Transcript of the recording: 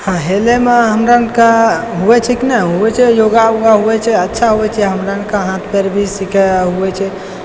हँ हेलयमे हमरानके हुयै छै की न हुयै छै योगा ऊगा हुयै छै अच्छा हुयै छै हमरानके हाथ पएर भी सिखय होय छै